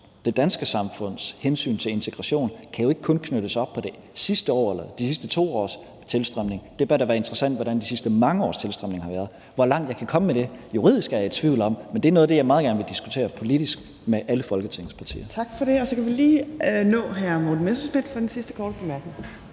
det danske samfunds, hensyntagen til integration ikke kun kan knyttes op på det sidste års eller de sidste 2 års tilstrømning. Det bør da være interessant, hvordan de sidste mange års tilstrømning har været. Hvor langt jeg kan komme med det juridisk, er jeg i tvivl om, men det er noget af det, jeg meget gerne vil diskutere politisk med alle Folketingets partier. Kl. 14:59 Tredje næstformand (Trine Torp): Tak for det. Så kan vi lige nå hr. Morten Messerschmidt for den sidste korte bemærkning.